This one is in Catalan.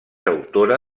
autora